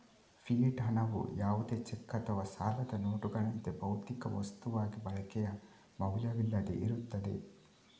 fiat ಹಣವು ಯಾವುದೇ cheque ಅಥವಾ ಸಾಲದ ನೋಟುಗಳಂತೆ, ಭೌತಿಕ ವಸ್ತುವಾಗಿ ಬಳಕೆಯ ಮೌಲ್ಯವಿಲ್ಲದೆ ಇರುತ್ತದೆ